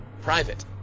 private